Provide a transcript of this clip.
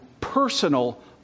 personal